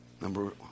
Number